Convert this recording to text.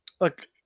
Look